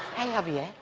and javier.